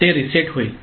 ते रीसेट होईल